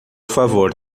favor